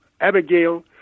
Abigail